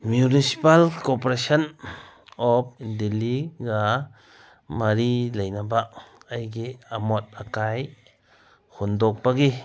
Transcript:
municipal corporation of ꯗꯤꯜꯂꯤꯒ ꯃꯔꯤ ꯂꯩꯅꯕ ꯑꯩꯒꯤ ꯑꯃꯣꯠ ꯑꯀꯥꯏ ꯍꯨꯟꯗꯣꯛꯄꯒꯤ